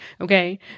okay